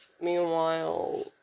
meanwhile